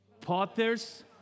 Potter's